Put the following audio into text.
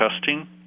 testing